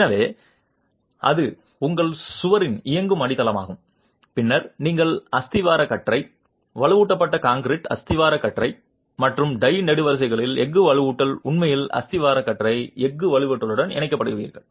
எனவே அது உங்கள் சுவரின் இயங்கும் அடித்தளமாகும் பின்னர் நீங்கள் அஸ்திவார கற்றை வலுவூட்டப்பட்ட கான்கிரீட் அஸ்திவார கற்றை மற்றும் டை நெடுவரிசைகளின் எஃகு வலுவூட்டல் உண்மையில் அஸ்திவார கற்றை எஃகு வலுவூட்டலுடன் இணைக்கப்படுவீர்கள்